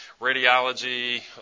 radiology